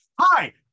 Hi